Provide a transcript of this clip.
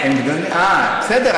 בסדר,